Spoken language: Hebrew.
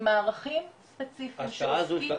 עם מערכים ספציפיים --- סליחה,